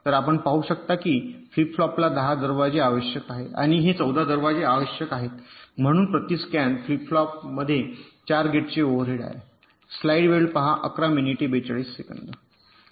तर आपण पाहू शकता की फ्लिप फ्लॉपला 10 दरवाजे आवश्यक आहेत आणि हे 14 दरवाजे आवश्यक आहेत म्हणून प्रति स्कॅन फ्लिप फ्लॉपमध्ये 4 गेटचे ओव्हरहेड आहे